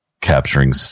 capturing